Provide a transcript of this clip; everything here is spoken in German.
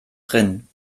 drin